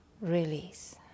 release